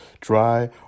dry